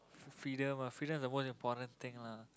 for freedom ah freedom is the most important thing lah